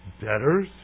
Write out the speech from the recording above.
Debtors